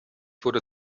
wurde